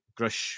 grush